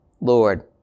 Lord